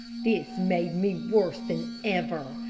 this made me worse than ever.